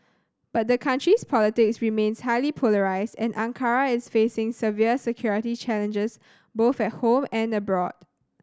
but the country's politics remains highly polarised and Ankara is facing severe security challenges both at home and abroad